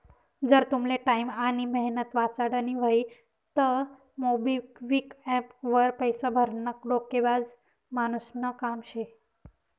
जर तुमले टाईम आनी मेहनत वाचाडानी व्हयी तं मोबिक्विक एप्प वर पैसा भरनं डोकेबाज मानुसनं काम शे